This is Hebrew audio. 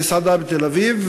במסעדה בתל-אביב,